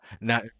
Now